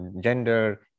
gender